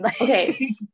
Okay